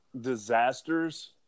disasters